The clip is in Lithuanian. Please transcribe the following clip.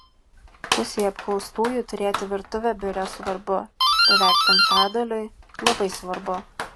pusei apklaustųjų turėti virtuvę biure svarbu beveik penktadaliui labai svarbu